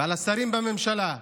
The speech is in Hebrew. ועל השרים בממשלה.